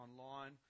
online